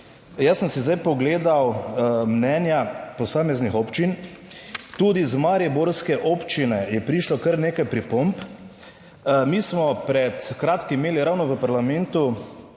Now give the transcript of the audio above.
Jaz sem si zdaj pogledal mnenja posameznih občin, tudi iz mariborske občine je prišlo kar nekaj pripomb. Mi smo pred kratkim imeli ravno v parlamentu